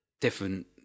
different